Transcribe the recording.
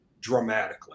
dramatically